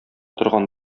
торган